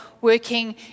working